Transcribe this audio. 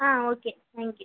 ah okay thank you